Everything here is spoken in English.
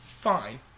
fine